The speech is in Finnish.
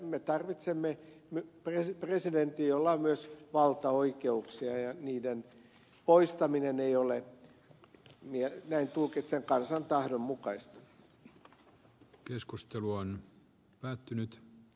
me tarvitsemme presidentin jolla on myös valtaoikeuksia ja niiden poistaminen ei ole näin tulkitsen kansan tahdon mukaista